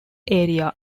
area